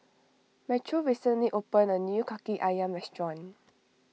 Metro recently opened a new Kaki Ayam restaurant